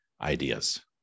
ideas